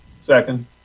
Second